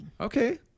Okay